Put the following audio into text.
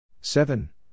Seven